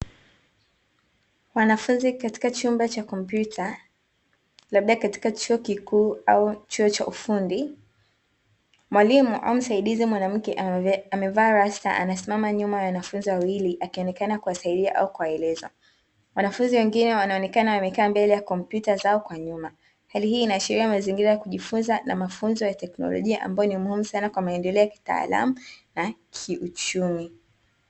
Wanafunzi katika chumba cha kompyuta, labda katika chuo kikuu au chuo cha ufundi, mwalimu au msaidizi mwanamke amevaa rasta, amesimama nyuma ya wanafunzi wawili akionekana kuwasaidia au kuwaeleza. Wanafunzi wengine wanaonekana wamekaa mbele ya kompyuta zao kwa nyuma. Hali hii inaashiria mazingira ya kujifunza na mafunzo ya teknolojia ambayo ni muhimu sana kwa maendeleo ya kitaalamu na kiuchumi.